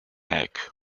heck